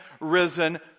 risen